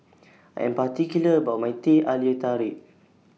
I'm particular about My Teh Halia Tarik